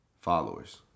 Followers